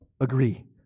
agree